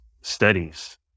studies